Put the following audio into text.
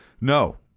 No